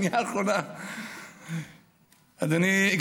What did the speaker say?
אדוני היוצא,